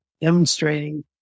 demonstrating